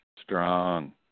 strong